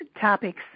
topics